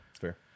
fair